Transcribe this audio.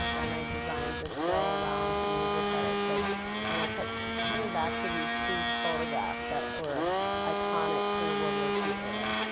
and i designed this show around the music that i picked and i kept coming back to these two photographs that were iconic to the world war ii era.